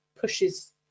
pushes